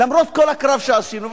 למרות כל הקרב שעשינו,